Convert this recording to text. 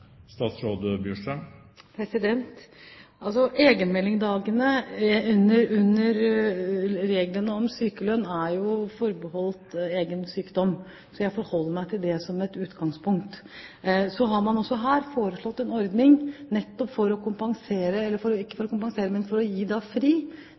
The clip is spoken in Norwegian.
Egenmeldingsdagene under reglene om sykelønn er forbeholdt egen sykdom. Så jeg forholder meg til det som et utgangspunkt. Så har man her foreslått en ordning, ikke for å kompensere, men for å